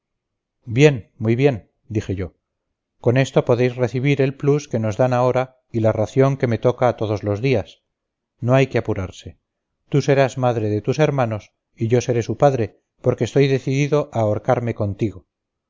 bien muy bien dije yo con eso podéis recibir el plus que nos dan ahora y la ración que me toca todos los días no hay que apurarse tú serás madre de tus hermanos y yo seré su padre porque estoy decidido a ahorcarme contigo